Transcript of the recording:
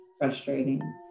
frustrating